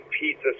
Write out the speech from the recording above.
pizza